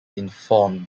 informed